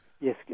Yes